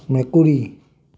মেকুৰী